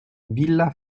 villa